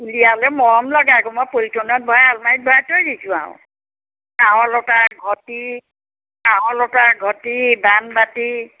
উলিয়ালে মৰম লগা আক' মই পলিথিনত ভৰাই আলমাৰিত ভৰাই থৈ দিছো আও কাঁহৰ লোটা ঘটি কাঁহৰ লোটা ঘটি বানবাটি